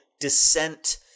descent